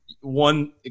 one